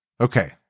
okay